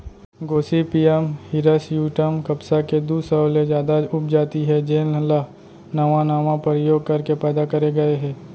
Gossypium hirsutum कपसा के दू सौ ले जादा उपजाति हे जेन ल नावा नावा परयोग करके पैदा करे गए हे